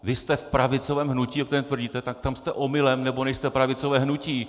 Vy jste v pravicovém hnutí, o kterém tvrdíte, tak tam jste omylem, nebo nejste pravicové hnutí.